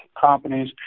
companies